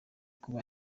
kuba